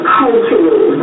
cultural